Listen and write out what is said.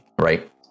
Right